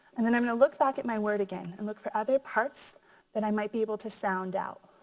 and then i'm gonna look back at my word again and look for other parts that i might be able to sound out.